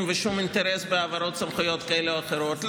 ושום אינטרס בהעברות סמכויות כאלה או אחרות,